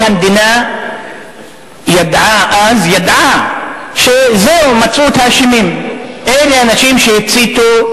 כל המדינה ידעה אז, ידעה, שזהו, מצאו את